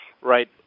Right